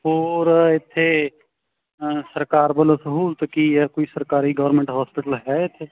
ਹੋਰ ਇੱਥੇ ਸਰਕਾਰ ਵੱਲੋਂ ਸਹੂਲਤ ਕੀ ਹੈ ਕੋਈ ਸਰਕਾਰੀ ਗੌਰਮੈਂਟ ਹੋਸਪਿਟਲ ਹੈ ਇੱਥੇ